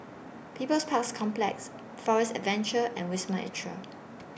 People's Parks Complex Forest Adventure and Wisma Atria